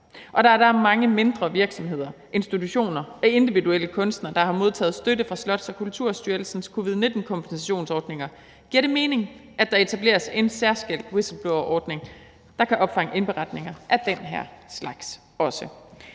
Da der er mange mindre virksomheder, institutioner og individuelle kunstnere, der har modtaget støtte fra Slots- og Kulturstyrelsens covid-19-kompensationsordninger, giver det mening, at der etableres en særskilt whistleblowerordning, der kan opfange indberetninger også af den her slags.